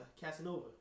Casanova